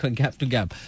gap-to-gap